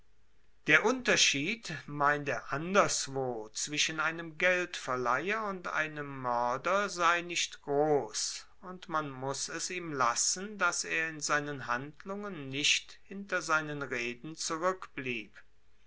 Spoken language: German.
der unterschied meint er anderswo zwischen einem geldverleiher und einem moerder sei nicht gross und man muss es ihm lassen dass er in seinen handlungen nicht hinter seinen reden